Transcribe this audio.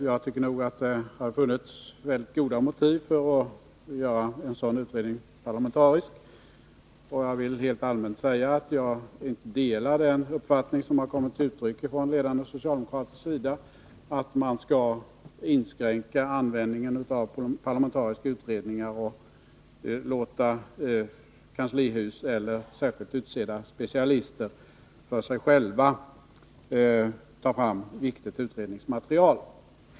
Jag tycker att det hade funnits goda motiv för att utredningen skulle vara parlamentariskt sammansatt, och jag vill helt allmänt säga att jag inte delar den uppfattning som har kommit till uttryck från ledande socialdemokratiskt håll, nämligen att man skall inskränka antalet parlamentariska utredningar och i stället låta kanslihuspersonal eller särskilt utsedda specialister ta fram viktigt utredningsmaterial.